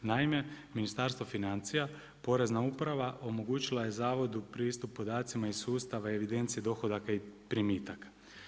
Naime Ministarstvo financija, porezna uprava omogućila je zavodu pristup podacima iz sustava evidencije dohodaka i primitaka.